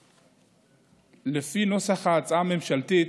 לפי נוסח ההצעה הממשלתית,